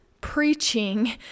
preaching